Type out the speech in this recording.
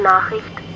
Nachricht